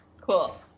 Cool